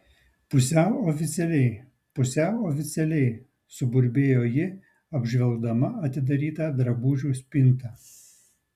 pusiau oficialiai pusiau oficialiai suburbėjo ji apžvelgdama atidarytą drabužių spintą